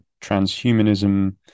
transhumanism